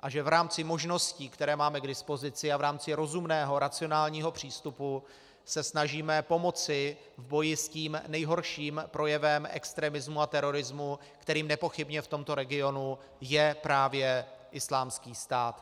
a že v rámci možností, které máme k dispozici, a v rámci rozumného racionálního přístupu se snažíme pomoci v boji s tím nejhorším projevem extremismu a terorismu, kterým nepochybně v tomto regionu je právě Islámský stát.